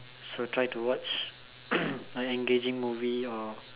so try to watch an engaging movie or